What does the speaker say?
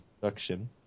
production